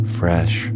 fresh